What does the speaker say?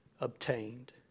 obtained